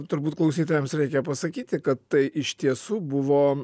turbūt klausytojams reikia pasakyti kad tai iš tiesų buvo